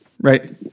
Right